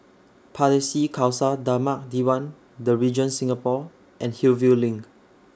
Pardesi Khalsa Dharmak Diwan The Regent Singapore and Hillview LINK